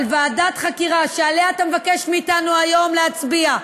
אבל ועדת חקירה שעליה אתה מבקש מאתנו היום להצביע,